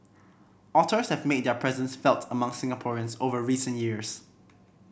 otters have made their presence felt among Singaporeans over recent years